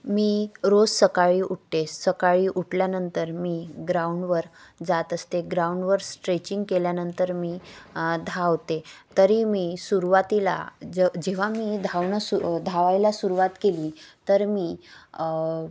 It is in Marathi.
मी रोज सकाळी उठते सकाळी उठल्यानंतर मी ग्राउंडवर जात असते ग्राउंडवर स्ट्रेचिंग केल्यानंतर मी धावते तरी मी सुरवातीला जे जेव्हा मी धावणं सु धावायला सुरवात केली तर मी